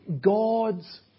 God's